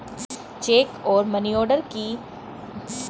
check और money order के इस्तेमाल की जगह तुम पेपैल का इस्तेमाल भी कर सकती हो